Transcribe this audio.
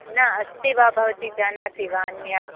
न अस्ति वा भवती जानाति वा अन्याम्